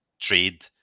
trade